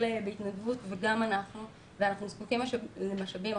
בהתנדבות וגם אנחנו ואנחנו זקוקים למשאבים.